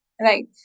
right